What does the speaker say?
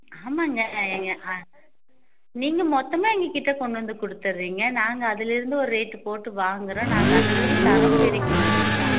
ஆமாங்க எங்கள் ஆ நீங்கள் மொத்தமாக எங்கள் கிட்டே கொண்டு வந்து கொடுத்துறீங்க நாங்கள் அதிலேருந்து ஒரு ரேட்டு போட்டு வாங்கிறோம் நாங்கள் அதிலிருந்து தரம் பிரிக்கணும் இல்லைங்களா